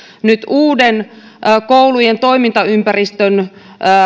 nyt koulujen uuden toimintaympäristön